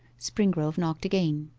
springrove knocked again.